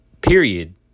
period